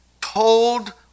told